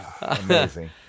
Amazing